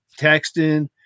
texting